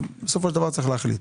ובסופו של דבר צריך להחליט.